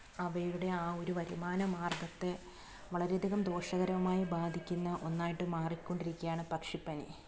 അവയുടെ ആ ഒരു വരുമാന മാർഗത്തെ വളരെയധികം ദോഷകരമായി ബാധിക്കുന്ന ഒന്നായിട്ട് മാറിക്കൊണ്ടിരിക്കുകയാണ് പക്ഷിപ്പനി